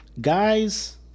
guys